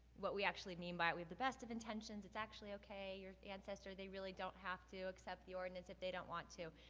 what we actually mean by it. we have the best of intentions. it's actually okay. your ancestor, they really don't have to accept the ordinance if they don't want to.